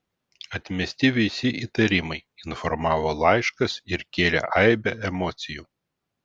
atmesti visi įtarimai informavo laiškas ir kėlė aibę emocijų